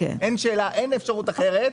אין אפשרות אחרת.